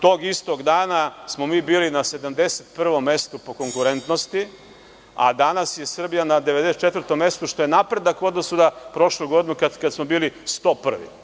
Tog istog dana smo mi bili na 71. mestu po konkurentnosti, a danas je Srbija na 94. mestu, što je napredak u odnosu na prošlu godinu, kada smo bili 101.